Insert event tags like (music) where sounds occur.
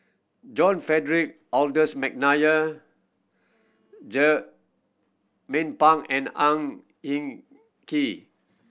John Frederick Adolphus McNair (unintelligible) Pang and Ang Hin Kee